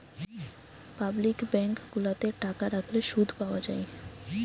public bank গুলাতে টাকা রাখলে শুধ পাওয়া যায়